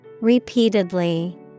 Repeatedly